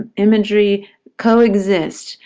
imagery coexist.